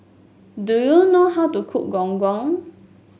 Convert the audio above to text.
do you know how to cook Gong Gong